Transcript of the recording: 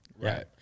Right